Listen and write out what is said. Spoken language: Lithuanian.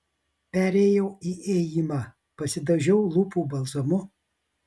perėjau į ėjimą pasidažiau lūpų balzamu